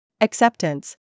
Acceptance